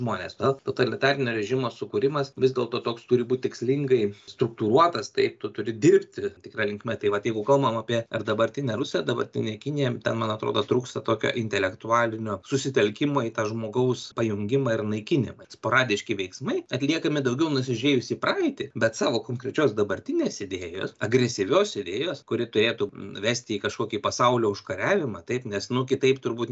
žmonės tada totalitarinio režimo sukūrimas vis dėlto toks turi būt tikslingai struktūruotas taip tu turi dirbti tikra linkme tai vat jeigu kalbam apie ar dabartinę rusiją dabartinę kiniją ten man atrodo trūksta tokio intelektualinio susitelkimo į tą žmogaus pajungimą ir naikinimą sporadiški veiksmai atliekami daugiau nusižiūrėjus į praeitį bet savo konkrečios dabartinės idėjos agresyvios idėjos kuri turėtų vesti į kažkokį pasaulio užkariavimą taip nes nu kitaip turbūt